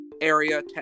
area